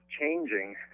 changing